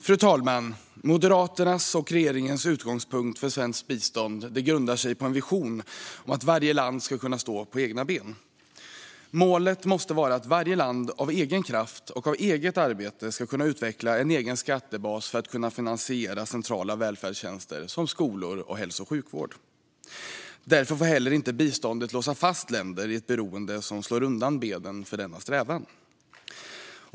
Fru talman! Moderaternas och regeringens utgångspunkt för svenskt bistånd grundar sig på en vision om att varje land ska kunna stå på egna ben. Målet måste vara att varje land av egen kraft och av eget arbete ska kunna utveckla en egen skattebas för att kunna finansiera centrala välfärdstjänster som skolor och hälso och sjukvård. Därför får biståndet inte låsa fast länder i ett beroende som slår undan benen för denna strävan.